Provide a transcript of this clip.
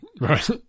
Right